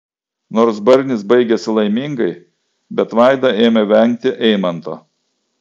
nors barnis baigėsi laimingai bet vaida ėmė vengti eimanto